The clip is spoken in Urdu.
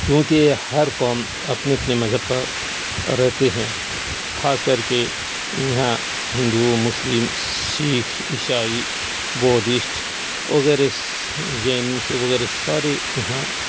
کیونکہ ہر قوم اپنے اپنے مذہب پر رہتے ہیں خاص کر کے یہاں ہندو مسلم سیکھ عسائی بودھشٹ وغیرہ جین وغیرہ سارے یہاں